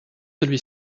celui